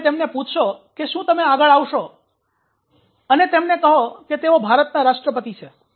જો તમે તેમને પૂછશો કે શું તમે આગળ આવશો અને તેમને કહો કે તેઓ ભારતના રાષ્ટ્રપતિ છે